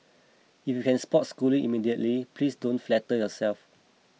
if you can spot Schooling immediately please don't flatter yourself